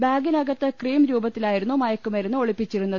ബാഗിനകത്ത് cream രൂപത്തിലായിരുന്നു മയക്കുമരുന്ന് ഒളിപ്പിച്ചിരുന്നത്